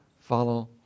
follow